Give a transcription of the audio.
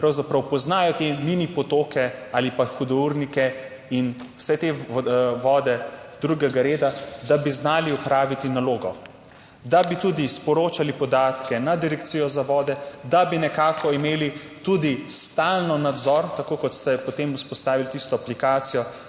pravzaprav poznajo te mini potoke ali pa hudournike in vse te vode drugega reda, da bi znali opraviti nalogo, da bi tudi sporočali podatke na Direkcijo za vode, da bi nekako imeli tudi stalno nadzor, tako kot ste potem vzpostavili tisto aplikacijo,